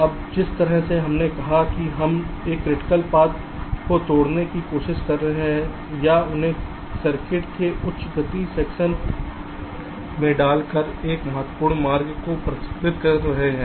अब जिस तरह से हमने कहा है कि हम एक क्रिटिकल पाथ को तोड़ने की कोशिश कर रहे हैं या उन्हें सर्किट के उच्च गति सेक्शंस में डालकर एक महत्वपूर्ण मार्ग को परिष्कृत कर रहे हैं